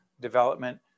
development